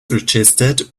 registered